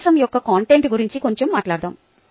ఉపన్యాసం యొక్క కంటెంట్ గురించి కొంచెం మాట్లాడదాం